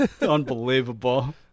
unbelievable